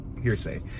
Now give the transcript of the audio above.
hearsay